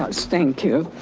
ah thank you,